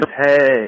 Hey